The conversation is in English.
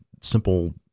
simple